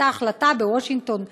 הייתה החלטה בוושינגטון די.